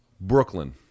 Brooklyn